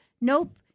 nope